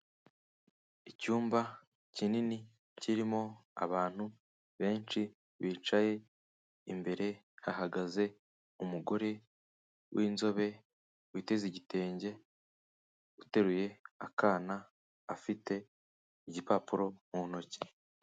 Icyumba kinini kirimo abantu benshi bicaye, imbere hahagaze umugore w'inzobe witeze igitenge, uteruye akana afite igipapuro mu ntoki.